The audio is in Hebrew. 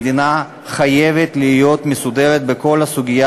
המדינה חייבת להיות מסודרת בכל הסוגיה